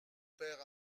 pere